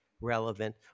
relevant